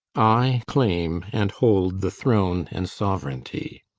i claim and hold the throne and sovereignty.